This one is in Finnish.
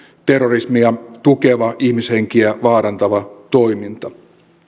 terrorismia tukeva ihmishenkiä vaarantava toiminta